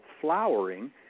flowering